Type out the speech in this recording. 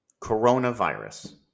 Coronavirus